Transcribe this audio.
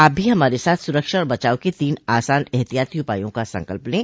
आप भी हमारे साथ सुरक्षा और बचाव के तीन आसान एहतियाती उपायों का संकल्प लें